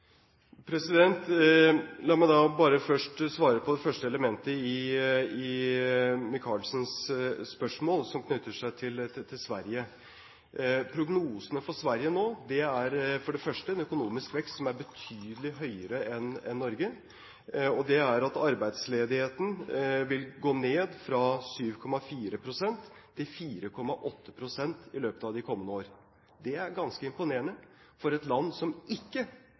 La meg bare først svare på det første elementet i Micaelsens spørsmål, som knytter seg til Sverige. Prognosene for Sverige nå er for det første en økonomisk vekst som er betydelig høyere enn i Norge, og det er at arbeidsledigheten vil gå ned fra 7,4 pst. til 4,8 pst. i løpet av de kommende år. Det er ganske imponerende for et land som ikke